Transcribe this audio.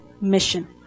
mission